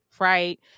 right